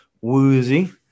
woozy